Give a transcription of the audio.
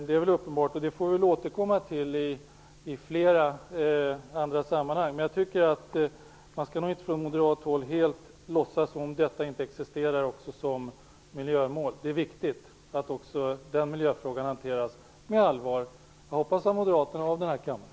Det är uppenbart, och vi får återkomma till det i flera andra sammanhang. Men jag tycker inte att man från moderat håll helt skall låtsas som om detta inte existerar också som miljömål. Det är viktigt att också den miljöfrågan hanteras med allvar av, hoppas jag, både Moderaterna och den här kammaren.